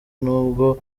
nubwo